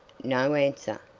no answer.